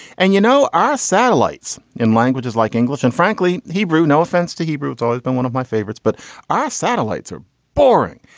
and you know, our satellites in languages like english and frankly, hebrew. no offense to hebrew. it's always been one of my favorites. but our satellites are boring.